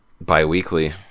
bi-weekly